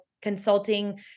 consulting